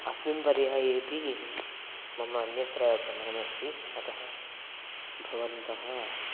अस्मिन् पर्यायेऽपि मम अन्यत्र गमनम् अस्ति अतः भवन्तः